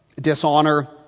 dishonor